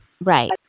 Right